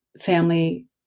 family